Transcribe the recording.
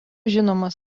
žinomos